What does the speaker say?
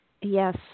Yes